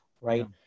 right